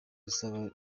dusaba